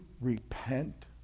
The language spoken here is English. repent